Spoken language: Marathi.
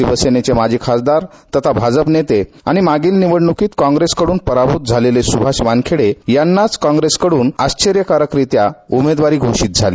शिवसेनेचे माजी खासदार तथा भाजप नेते आणि मागील निवडणुकीत काँप्रेसकडून पराभूत झालेले सुभाष वानखेडे यांनाच काँग्रेसकडून आश्चर्यकारकरीत्या उमेदवारी घोषित झाली